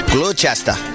Gloucester